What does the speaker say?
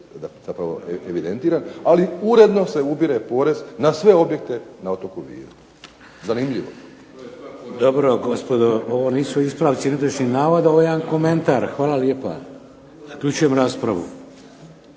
zapravo evidentiran, ali uredno se ubire porez na sve objekte na otoku Viru. Zanimljivo. **Šeks, Vladimir (HDZ)** Dobro gospodo, ovo nisu ispravci netočnih navoda, ovo je jedan komentar. Hvala lijepa. Zaključujem raspravu.